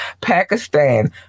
Pakistan